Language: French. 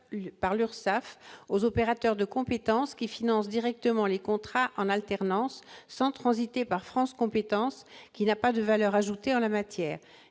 par l'URSSAF aux opérateurs de compétences qui financent directement les contrats en alternance, sans transiter par France compétences, qui n'a pas de valeur ajoutée en la matière.